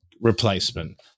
replacement